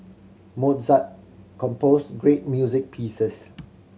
Mozart composed great music pieces